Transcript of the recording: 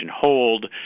hold